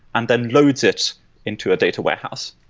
and then loads it into a data warehouse,